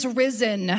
risen